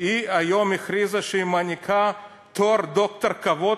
הכריזה היום שהיא מעניקה תואר דוקטור של כבוד